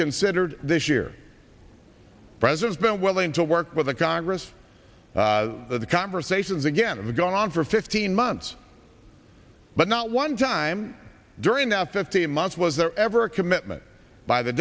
considered this year president's been willing to work with the congress the conversations again in the going on for fifteen months but not one time during the fifteen months was there ever a commitment by the